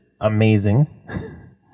amazing